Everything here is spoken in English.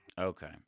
Okay